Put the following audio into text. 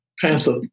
Panther